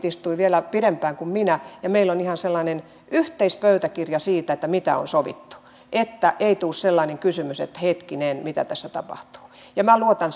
istuivat vielä pidempään kuin minä ja meillä on ihan sellainen yhteispöytäkirja siitä mitä on sovittu että ei tule sellainen kysymys että hetkinen mitä tässä tapahtuu ja minä luotan